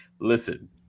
Listen